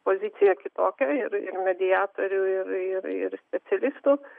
pozicija kitokia ir mediatorių ir ir ir specialistų